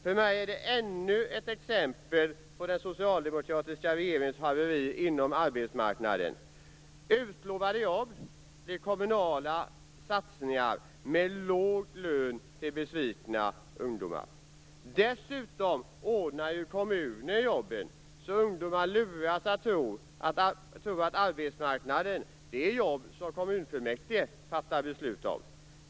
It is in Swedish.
För mig är det ännu ett exempel på den socialdemokratiska regeringens haveri inom arbetsmarknaden. Utlovade jobb är kommunala satsningar med låg lön till besvikna ungdomar. Dessutom ordnar ju kommunen jobbet, så att ungdomar luras att tro att arbetsmarknaden är jobb som kommunfullmäktige fattar beslut om.